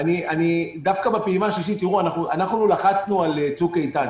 אנחנו לחצנו על מתווה צוק איתן